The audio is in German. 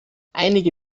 einige